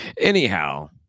Anyhow